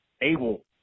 able